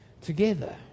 together